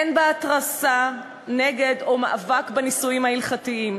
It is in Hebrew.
אין בה התרסה נגד או מאבק בנישואים ההלכתיים.